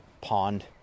pond